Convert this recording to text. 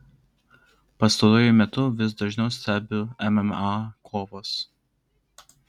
pastaruoju metu vis dažniau stebiu mma kovas